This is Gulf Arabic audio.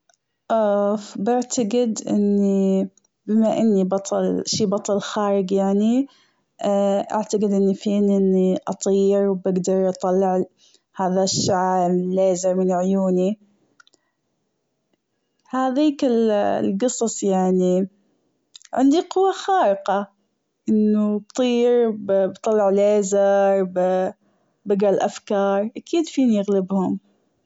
أوف بعتجد أني بما أني بطل شي بطل خارق يعني أعتجد أني فيني أني أطير وبقدر طلع هذا الشعاع الليزر من عيوني هاذيك الجصص يعني عندي قوة خارقة أنه بطير بطلع ليزر بجرا الأفكار أكيد فيني أني أغلبهم.